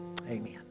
Amen